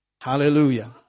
Hallelujah